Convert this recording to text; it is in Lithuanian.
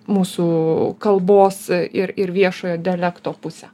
mūsų kalbos ir ir viešojo dialekto pusę